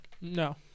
No